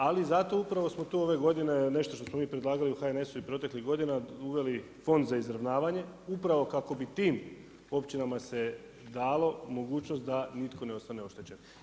Ali, zato upravo smo tu ove godine, nešto što smo mi predlagali u HNS-u proteklih godina, uveli fond za izravnavanje, upravo kako bi tim općinama se dalo mogućnost da nitko ne ostane oštećen.